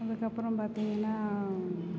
அதுக்கப்புறம் பார்த்திங்கன்னா